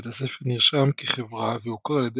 בית הספר נרשם כחברה והוכר על ידי